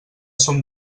som